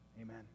Amen